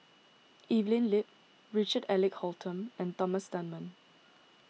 Evelyn Lip Richard Eric Holttum and Thomas Dunman